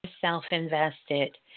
Self-Invested